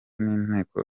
n’inteko